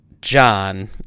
John